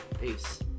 Peace